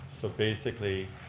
so basically,